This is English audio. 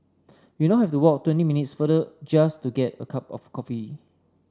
we now have to walk twenty minutes farther just to get a cup of coffee